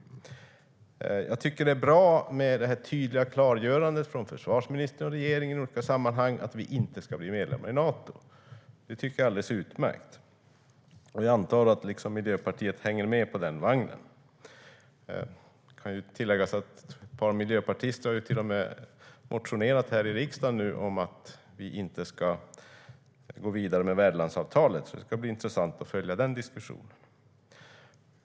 Jag tycker att det är bra med det tydliga klargörandet från försvarsministern och regeringen i olika sammanhang att vi inte ska bli medlemmar i Nato. Det tycker jag är alldeles utmärkt, och jag antar att Miljöpartiet hänger med på den vagnen. Det kan tilläggas att ett par miljöpartister till och med har motionerat här i riksdagen om att vi inte ska gå vidare med värdlandsavtalet. Det ska bli intressant att följa den diskussionen.